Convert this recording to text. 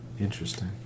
Interesting